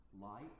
light